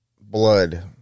blood